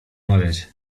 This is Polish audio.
mawiać